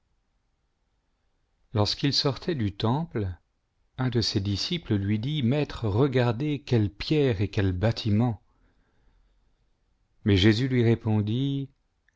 lorsqu'il sortait du temple un de ses disciples lui dit maître regardez quelles pierres et quel bâtiment mais jésus lui repondit